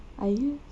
really